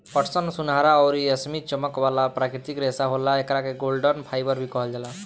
पटसन सुनहरा अउरी रेशमी चमक वाला प्राकृतिक रेशा होला, एकरा के गोल्डन फाइबर भी कहल जाला